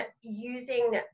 using